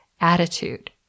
attitude